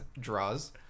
Draws